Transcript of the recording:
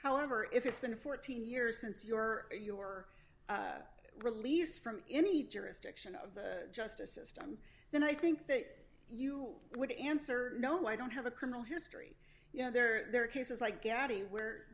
however if it's been fourteen years since your or you were released from any jurisdiction of the justice system then i think that you would answer no i don't have a criminal history you know there are cases like gatty where